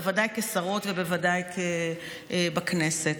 בוודאי כשרות ובוודאי בכנסת.